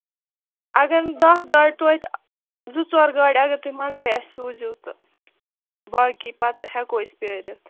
اَگر نہٕ دَہ گاڑِ توتہِ زٕ ژور گاڑِ اَگر تُہۍ منٛزٕ اَسہِ سوٗزِو تہٕ باقٕے پَتہٕ ہٮ۪کَو أسۍ پرٛٲرِتھ